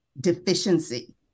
deficiency